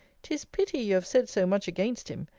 tis pity you have said so much against him!